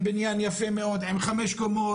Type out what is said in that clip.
עם בניין יפה של 5 קומות,